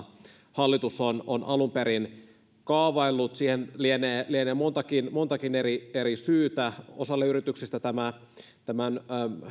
hallitus on on alun perin kaavaillut siihen lienee lienee montakin montakin eri eri syytä osalle yrityksistä tämän